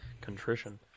contrition